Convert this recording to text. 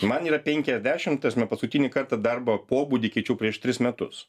man yra penkiasdešim ta prasme paskutinį kartą darbo pobūdį keičiu prieš tris metus